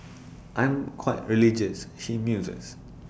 I'm quite religious she muses